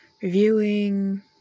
reviewing